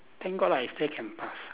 thank god lah I still can pass